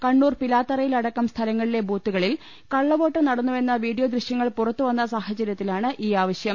കണ്ണൂർ പിലാ ത്തറയിലടക്കം സ്ഥലങ്ങളിലെ ബൂത്തുകളിൽ കള്ളവോട്ടു നടന്നുവെന്ന വീഡിയോ ദൃശൃങ്ങൾ പുറത്തുവന്ന സാഹച ര്യത്തിലാണ് ഈ ആവശ്യം